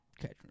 catch